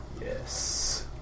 Yes